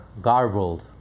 garbled